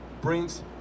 brings